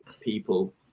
people